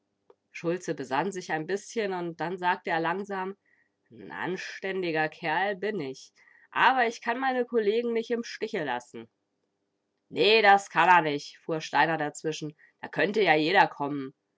schulze besann sich ein bißchen dann sagte er langsam n anständiger kerl bin ich aber ich kann meine kollegen nich im stiche lassen nee das kann a nich fuhr steiner dazwischen da könnte jeder komm'n